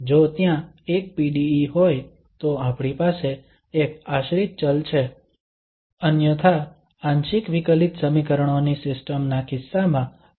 જો ત્યાં એક PDE હોય તો આપણી પાસે એક આશ્રિત ચલ છે અન્યથા આંશિક વિકલિત સમીકરણો ની સિસ્ટમ ના કિસ્સામાં કેટલાક આશ્રિત ચલો પણ હોઈ શકે છે